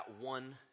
One